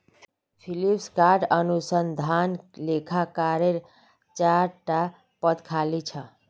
फ्लिपकार्टत अनुसंधान लेखाकारेर चार टा पद खाली छ